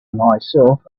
myself